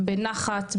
בנחת,